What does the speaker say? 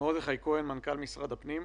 מרדכי כהן, מנכ"ל משרד הפנים.